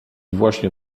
właśnie